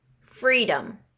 freedom